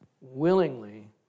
willingly